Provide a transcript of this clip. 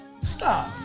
Stop